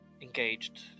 engaged